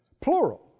Plural